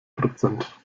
prozent